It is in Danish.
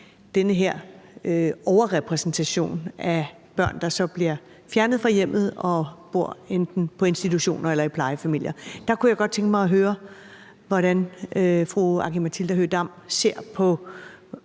den her overrepræsentation af børn, der bliver fjernet fra hjemmet og bor på enten institutioner eller i plejefamilier. Der kunne jeg godt tænke mig at høre, hvordan fru Aki-Matilda Høegh-Dam ser på